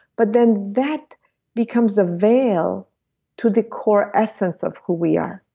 but then that becomes a veil to the core essence of who we are.